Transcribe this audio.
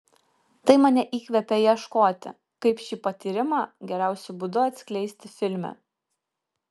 tai mane įkvėpė ieškoti kaip šį patyrimą geriausiu būdu atskleisti filme